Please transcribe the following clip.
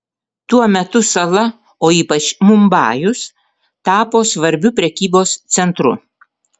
tuo metu sala o ypač mumbajus tapo svarbiu prekybos centru